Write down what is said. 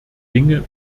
dinge